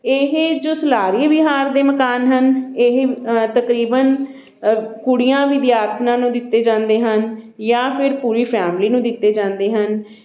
ਇਹ ਜੋ ਸਲਾਰੀਆ ਵਿਹਾਰ ਦੇ ਮਕਾਨ ਹਨ ਇਹ ਤਕਰੀਬਨ ਕੁੜੀਆਂ ਵਿਦਿਆਰਥਣਾਂ ਨੂੰ ਦਿੱਤੇ ਜਾਂਦੇ ਹਨ ਜਾਂ ਫਿਰ ਪੂਰੀ ਫੈਮਿਲੀ ਨੂੰ ਦਿੱਤੇ ਜਾਂਦੇ ਹਨ